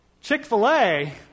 Chick-fil-A